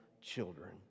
children